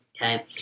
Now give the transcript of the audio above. okay